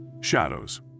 Shadows